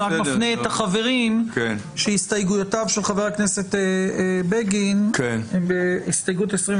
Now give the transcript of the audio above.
אני מפנה את החברים שהסתייגויותיו של חבר הכנסת בגין הן בהסתייגות 26,